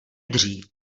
dřív